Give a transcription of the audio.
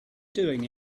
doing